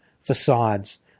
facades